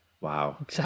Wow